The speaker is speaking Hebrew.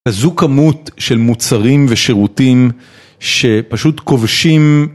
זו כמות של מוצרים ושירותים שפשוט כובשים.